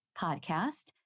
podcast